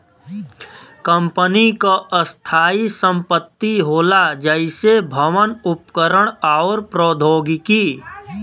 company क स्थायी संपत्ति होला जइसे भवन, उपकरण आउर प्रौद्योगिकी